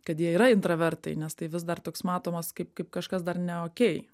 kad jie yra intravertai nes tai vis dar toks matomas kaip kaip kažkas dar ne okey